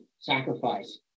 sacrifice